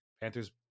Panthers